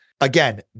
Again